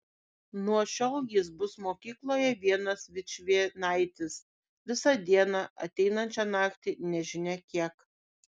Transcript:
nuo šiol jis bus mokykloje vienas vičvienaitis visą dieną ateinančią naktį nežinia kiek